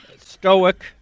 stoic